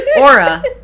Aura